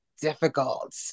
difficult